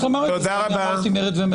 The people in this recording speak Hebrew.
אני אמרתי מרד ומלחמת אחים?